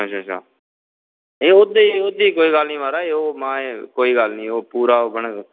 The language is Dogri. ते ओह्दी कोई गल्ल निं म्हाराज ओह्दे ई कोई गल्ल निं ओह् पूरा होङन